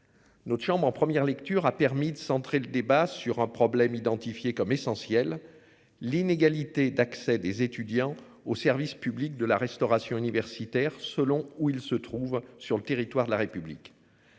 Notre chambre en première lecture a permis de centrer le débat sur un problème identifié comme essentielle. L'inégalité d'accès des étudiants au service public de la restauration universitaire selon où ils se trouvent sur le territoire de la République.